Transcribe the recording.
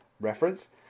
reference